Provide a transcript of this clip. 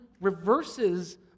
reverses